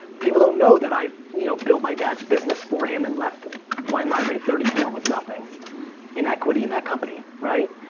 people don't know that i you know built my dad's business for him and left wine library at thirty four with nothing in equity in that company, right?